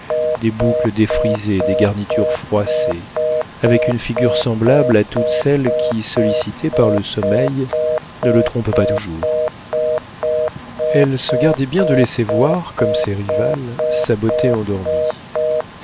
des boucles défrisées des garnitures froissées avec une figure semblable à toutes celles qui sollicitées par le sommeil ne le trompent pas toujours elle se gardait bien de laisser voir comme ses rivales sa beauté endormie